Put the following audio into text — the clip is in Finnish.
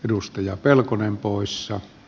lapsia pitää suojella